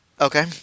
Okay